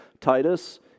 Titus